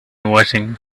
washing